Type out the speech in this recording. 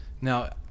Now